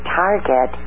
target